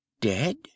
Dead